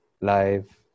live